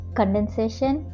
condensation